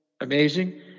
amazing